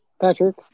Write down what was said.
Patrick